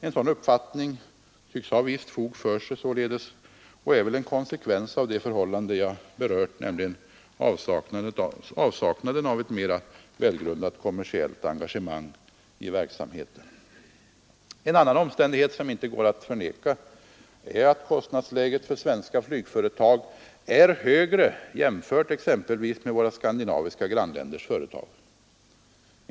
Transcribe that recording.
En sådan uppfattning tycks således ha ett visst fog för sig och är väl en konsekvens av det förhållande jag berört, nämligen avsaknaden av ett mera välgrundat kommersiellt engagemang i verksamheten. En annan omständighet som inte går att förneka är att kostnadsläget för svenska flygföretag är högre än för våra skandinaviska grannländers företag.